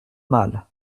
mal